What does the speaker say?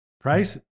Price